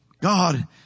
God